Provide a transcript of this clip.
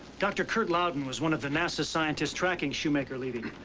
dr. kurt lowden was one of the nasa scientists acking shoemaker-levy.